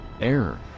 Error